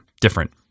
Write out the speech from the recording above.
different